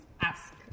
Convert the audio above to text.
ask